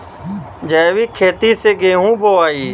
जैविक खेती से गेहूँ बोवाई